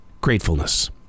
gratefulness